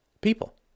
people